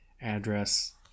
address